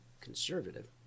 conservative